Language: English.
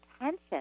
attention